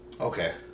Okay